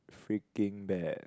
freaking bad